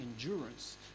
endurance